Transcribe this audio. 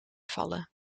vallen